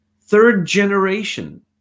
third-generation